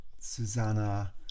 Susanna